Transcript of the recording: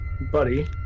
buddy